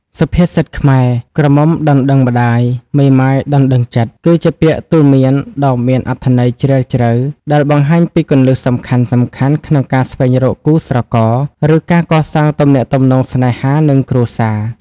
សុភាសិតខ្មែរ "ក្រមុំដណ្ដឹងម្ដាយ មេម៉ាយដណ្ដឹងចិត្ត" គឺជាពាក្យទូន្មានដ៏មានអត្ថន័យជ្រាលជ្រៅ ដែលបង្ហាញពីគន្លឹះសំខាន់ៗក្នុងការស្វែងរកគូស្រករ ឬការកសាងទំនាក់ទំនងស្នេហា និងគ្រួសារ។